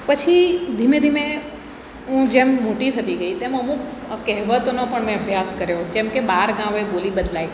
પછી ધીમે ધીમે હું જેમ મોટી થતી ગઈ તેમ અમુક કહેવતોનો પણ મેં અભ્યાસ કર્યો જેમ કે બાર ગાંવે બોલી બદલાય